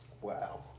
Wow